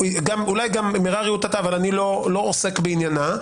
אבל אני לא עוסק בעניינה,